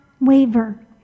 waver